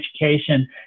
education